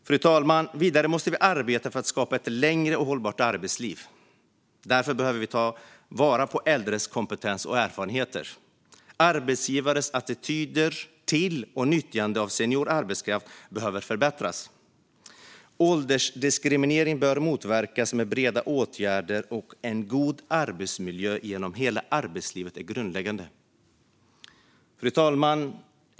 Fru talman! Vidare måste vi arbeta för att skapa ett längre och hållbart arbetsliv. Därför behöver vi ta vara på äldres kompetens och erfarenheter. Arbetsgivares attityder till och nyttjande av senior arbetskraft behöver förbättras. Åldersdiskriminering bör motverkas med breda åtgärder, och en god arbetsmiljö genom hela arbetslivet är grundläggande. Fru talman!